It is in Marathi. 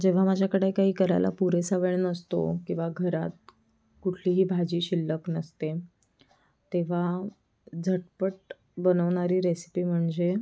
जेव्हा माझ्याकडे काही करायला पुरेसा वेळ नसतो किंवा घरात कुठलीही भाजी शिल्लक नसते तेव्हा झटपट बनवणारी रेसिपी म्हणजे